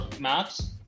maps